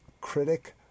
critic